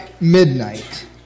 midnight